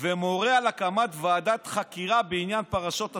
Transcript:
ומורה על הקמת ועדת חקירה בעניין פרשת הצוללות.